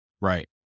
right